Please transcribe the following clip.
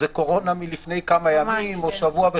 זו קורונה מלפני כמה ימים או שבוע.